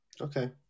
okay